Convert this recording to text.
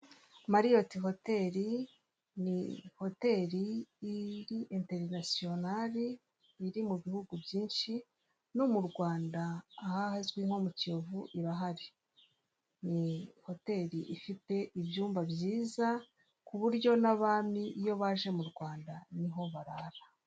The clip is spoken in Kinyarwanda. Icyapa cyerekana uburyo ushobora kubona inguzanyo yawe yo kubaka mu Igihe byihuse. Ni ukuvaga ngo hari banki mu Rwanda yitwa "i" na "ma", yitwa gutyo, izwiho cyane mu gutanga serivisi nziza kandi zihuse. Rero iyo ukeneye inguzanyo y'ubwubatsi ushaka kwiyubakira inzu yawe, ushobora kubagana ukaba wabaka inguzanyo. Hano kuri radiyo rero bafite ikiganiro kiza kubera kuri radiyo, umutumirwa mukuru araza kuba yitwa Christian Abijuru, mwahegera mu mukaza kumenya ibikenerwa byose, mukaba mwamenya n'uwemerewe inguzanyo arinde n'ibyo asabwa byose.